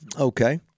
Okay